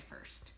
first